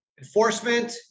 enforcement